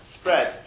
spread